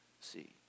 see